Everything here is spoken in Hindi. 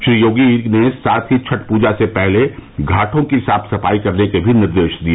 श्री योगी ने साथ ही छठ पूजा से पहले घाटो की साफ सफाई करने के भी निर्देश दिए